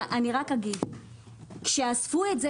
הוא מעביר את זה הלאה.